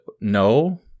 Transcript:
No